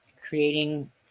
creating